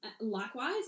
likewise